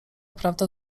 prawda